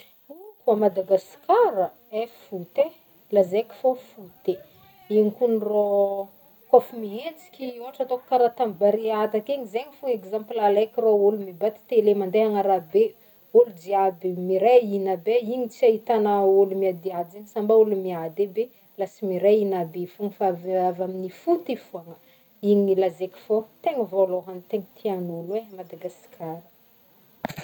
Ho, koa a Madagasikara, e foty e, lazaiko fô foty e, igny kogny rô kô fô mientsiky ohatra ataoko karaha tamy barea takeo igny zegny fogny exemple alaiko rô olo mibata tele mande an'arabe, olo jiaby miray hina aby e, iny tsy ahitagna olo miadiady, samby e a olo miady aby lasa miray hina be fogna fa avy- avy aminy foty io foagna, igny no ilazako fô tegna volohagny tegna tian'olo e a Madagasikara,